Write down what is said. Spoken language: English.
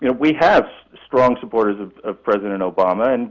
you know we have strong supporters of of president obama, and